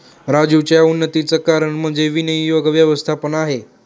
राजीवच्या उन्नतीचं कारण म्हणजे विनियोग व्यवस्थापन आहे